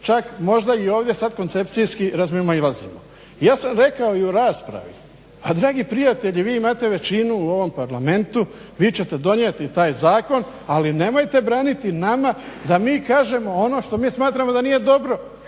čak možda i ovdje sad koncepcijski razmimoilazimo. Ja sam rekao i u raspravi. A dragi prijatelji, vi imate većinu u ovom parlamentu, vi ćete donijeti taj zakon ali nemojte braniti nama da mi kažemo ono što mi smatramo da nije dobro